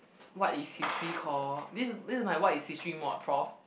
what is history call this is this is my what is history mode approved